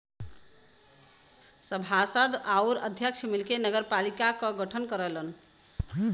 सभासद आउर अध्यक्ष मिलके नगरपालिका क गठन करलन